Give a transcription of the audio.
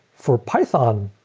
for python,